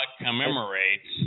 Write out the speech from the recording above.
commemorates